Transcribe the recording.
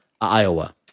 Iowa